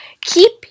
Keep